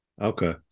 okay